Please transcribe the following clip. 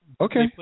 Okay